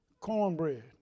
Cornbread